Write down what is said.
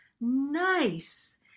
nice